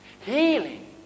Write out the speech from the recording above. Healing